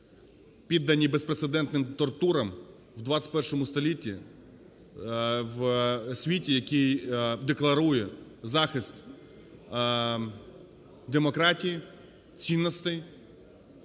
піддані безпрецедентним тортурам в ХХІ столітті в світі, який декларує захист демократії, цінностей.